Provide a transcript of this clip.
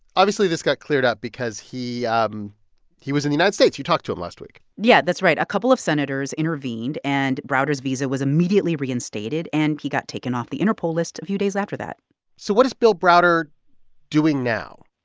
obviously, this got cleared up because he um he was in the united states. you talked to him last week yeah, that's right. a couple of senators intervened. and browder's visa was immediately reinstated. and he got taken off the interpol list a few days after that so what is bill browder doing now?